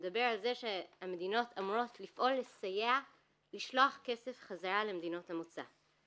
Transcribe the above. מדבר על כך שהמדינות אמורות לפעול לסייע לשלוח כסף חזרה למדינות המוצא.